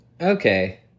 Okay